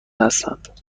هستند